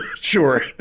Sure